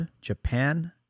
Japan